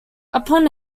upon